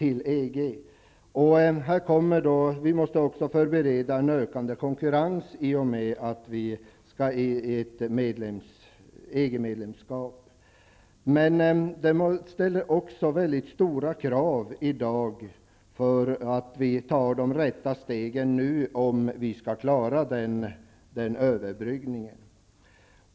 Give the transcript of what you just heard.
I och med detta måste vi också förbereda för en ökad konkurrens. Men det ställer också väldigt stora krav på att vi i dag tar de rätta stegen om vi nu skall klara den överbryggningen.